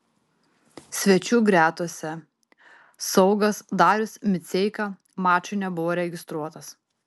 svečių gretose saugas darius miceika mačui nebuvo registruotas